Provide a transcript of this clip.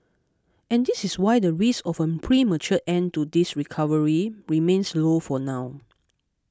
and this is why the risk of a premature end to this recovery remains low for now